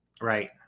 right